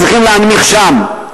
צריכים להנמיך שם.